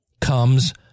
comes